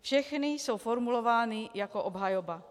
Všechny jsou formulovány jako obhajoba.